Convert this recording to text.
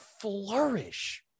flourish